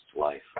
life